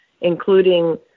including